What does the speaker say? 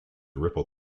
ripple